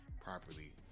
properly